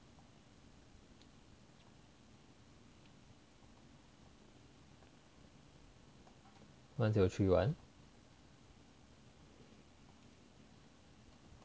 one zero three one